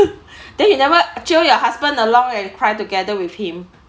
then you never chill your husband along and cry together with him